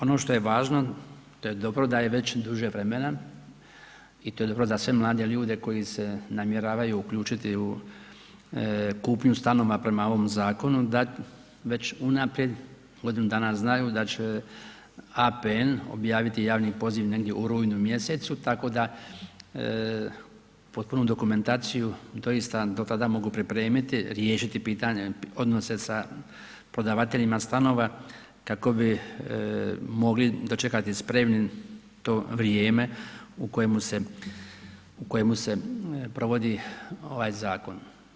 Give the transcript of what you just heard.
Ono što je važno, to je dobro da je već duže vremena i to je dobro da se mlade ljude koji se namjeravaju uključiti u kupnju stanova prema ovom zakonu da već unaprijed godinu znaju da će APN objaviti javni poziv negdje u rujnu mjesecu tako da potpunu dokumentaciju doista do tada mogu pripremiti, riješiti pitanje odnosa da prodavateljima stanova kako bi mogli dočekati spremni to vrijeme u kojemu se provodi ovaj zakon.